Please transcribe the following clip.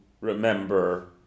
remember